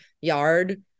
yard